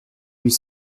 huit